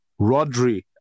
Rodri